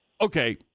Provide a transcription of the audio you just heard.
Okay